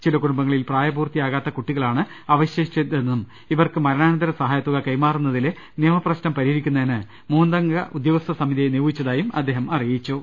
ചില കുടുംബങ്ങളിൽ പ്രായപൂർത്തിയാകാത്ത കുട്ടികളാണ് അവശേഷിച്ചതെന്നും ഇവർക്ക് മരണാനന്തര സഹായതുക കൈമാറുന്നതിലെ നിയമപ്രശ്നം പരി ഹരിക്കുന്നതിന് മൂന്നംഗ ഉദ്യോഗസ്ഥ സമിതിയെ നിയോഗിച്ചതായും അദ്ദേഹം വ്യക്തമാക്കി